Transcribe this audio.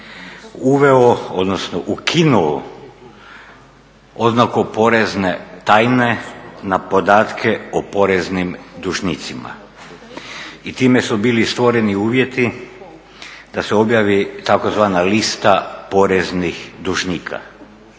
uveo, odnosno ukinuo oznaku porezne tajne na podatke o poreznim dužnicima. I time su bili stvoreni uvjeti da se objavi tzv. lista poreznih dužnika.